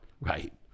right